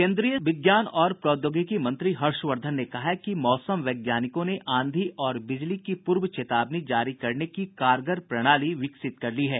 केन्द्रीय विज्ञान और प्रौद्योगिकी मंत्री हर्षवर्द्वन ने कहा है कि मौसम वैज्ञानिकों ने आंधी और बिजली की पूर्व चेतावनी जारी करने की कारगर प्रणाली विकसित कर ली है